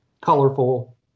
colorful